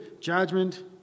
judgment